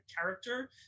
character